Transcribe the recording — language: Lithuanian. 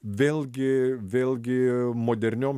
vėlgi vėlgi moderniom